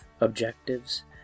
objectives